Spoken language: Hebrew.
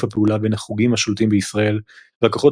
הפעולה "בין החוגים השולטים בישראל והכוחות